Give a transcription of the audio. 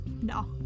no